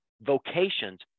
vocations